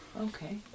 Okay